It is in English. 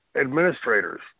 administrators